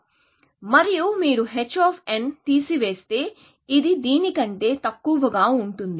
ఇది దీని కంటే తక్కువ మరియు మీరు h ని తీసివేస్తే ఇది దీని కంటే తక్కువగా ఉంటుంది